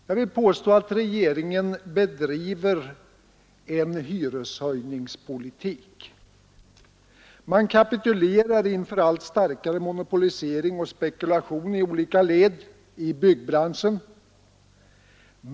Jag vill påstå att regeringen bedriver en hyreshöjningspolitik. Man kapitulerar inför allt starkare monopolisering och spekulation i olika led i byggbranschen.